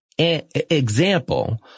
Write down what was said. example